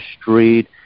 street